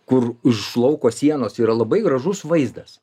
kur už lauko sienos yra labai gražus vaizdas